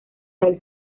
del